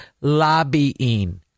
lobbying